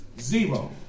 zero